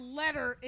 letter